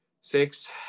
six